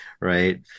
right